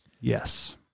Yes